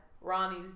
Ronnie's